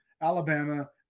Alabama